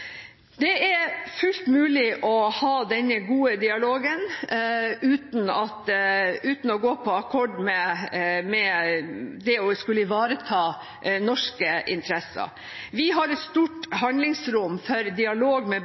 Det er fullt mulig å ha denne gode dialogen uten å gå på akkord med det å skulle ivareta norske interesser. Vi har et stort handlingsrom for dialog med